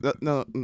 no